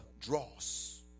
dross